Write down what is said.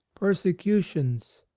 persecutions,